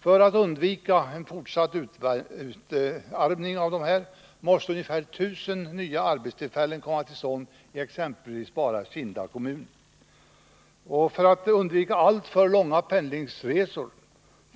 För att undvika en fortsatt utarmning av dessa kommuner måste i exempelvis bara Kinda kommun 1 000 nya arbetstillfällen komma till stånd. Och för att undvika alltför långa pendlingsresor